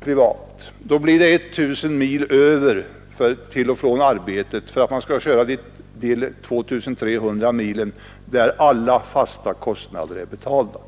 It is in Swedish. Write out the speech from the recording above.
privat, blir det 1 000 mil över för färder till och från arbetet för att han skall ha kört de 2 300 mil efter vilka alla fasta kostnader är betalda.